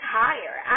higher